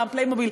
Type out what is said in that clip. פעם פליימוביל,